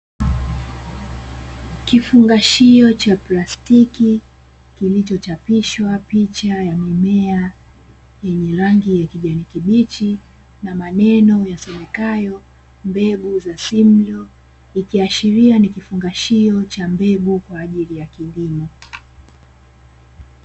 Kifungashio cha plastiki kilichochapishwa picha ya mimea; yenye rangi kijani kibichi na maneno yasomekayo "Mbegu za simlaw", ikiashiria ni kifungashio cha mbegu kwa ajili ya kilimo.